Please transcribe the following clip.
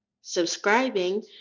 subscribing